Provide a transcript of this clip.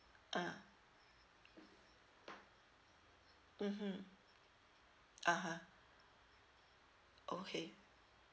ah mmhmm (uh huh) okay